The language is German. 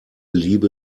liebe